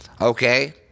Okay